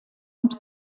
und